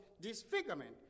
disfigurement